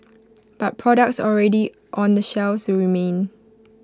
but products already on the shelves remain